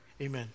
amen